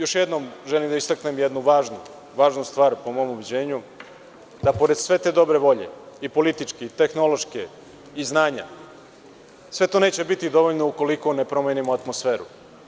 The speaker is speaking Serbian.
Još jednom želim da istaknem jednu važnu stvar, po mom ubeđenju, da i pored sve dobre volje, i političke i tehnološke i znanja, sve to neće biti dovoljno ukoliko ne promenimo atmosferu.